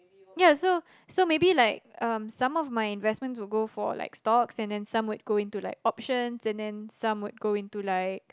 ya so so maybe like um some of my investments would go for like stocks and then some would go into like options and then some would go into like